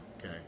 Okay